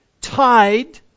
tied